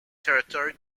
territory